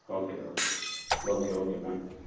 okay okay okay madam